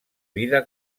vida